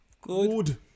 Good